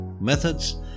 methods